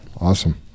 Awesome